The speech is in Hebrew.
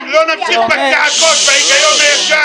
--- מה זה אומר?